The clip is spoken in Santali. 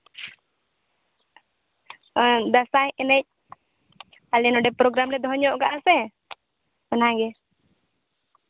ᱫᱟᱸᱥᱟᱭ ᱮᱱᱮᱡ ᱟᱞᱮ ᱱᱚᱰᱮ ᱯᱨᱳᱜᱨᱟᱢ ᱞᱮ ᱫᱚᱦᱚ ᱧᱚᱜ ᱠᱟᱜᱼᱟ ᱥᱮ ᱚᱱᱟᱜᱮ